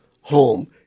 home